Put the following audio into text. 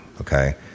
Okay